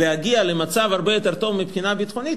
להגיע למצב הרבה יותר טוב מבחינה ביטחונית,